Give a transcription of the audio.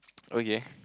okay